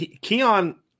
Keon